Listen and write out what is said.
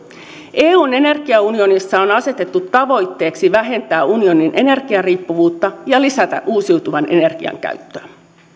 eun energiaunionissa on asetettu tavoitteeksi vähentää unionin energiariippuvuutta ja lisätä uusiutuvan energian käyttöä